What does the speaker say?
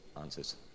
answers